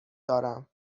دارم